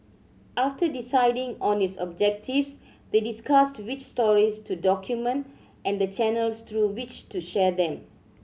after deciding on its objectives they discussed which stories to document and the channels through which to share them